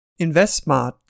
InvestSmart